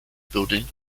building